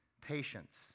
patience